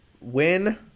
win